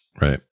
Right